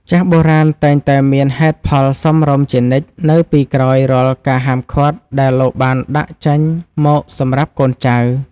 ចាស់បុរាណតែងតែមានហេតុផលសមរម្យជានិច្ច នៅពីក្រោយរាល់ការហាមឃាត់ដែលលោកបានដាក់ចេញមកសម្រាប់កូនចៅ។